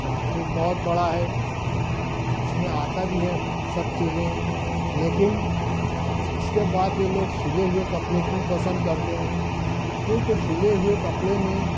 market بہت بڑا ہے اس میں آتا بھی ہے سب چیزیں لیکن اس کے بعد بھی لوگ سلے ہوئے کپڑے کیوں پسند کرتے ہیں کیونکہ سلے ہوئے کپڑے میں